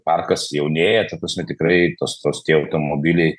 parkas jaunėja ta prasme tikrai tos tos tie automobiliai